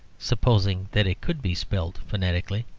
supposing that it could be spelt phonetically.